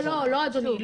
לא, אדוני.